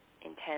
intense